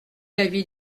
l’avis